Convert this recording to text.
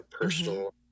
personal